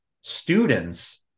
students